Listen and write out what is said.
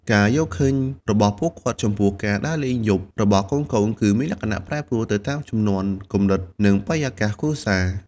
ការយល់ឃើញរបស់ពួកគាត់ចំពោះការដើរលេងពេលយប់របស់កូនៗ គឺមានលក្ខណៈ ប្រែប្រួល ទៅតាមជំនាន់ គំនិត និងបរិយាកាសគ្រួសារ ។